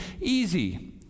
easy